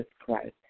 Christ